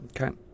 Okay